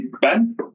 Ben